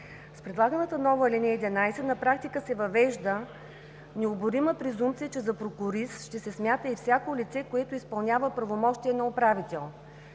С предлаганата нова ал. 11 на практика се въвежда необорима презумпция, че за прокурист ще се смята и всяко лице, което изпълнява правомощия на управител;